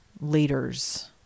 leaders